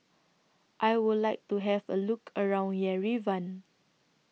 I Would like to Have A Look around Yerevan